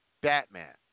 Batman